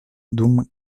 dum